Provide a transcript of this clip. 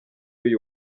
uyu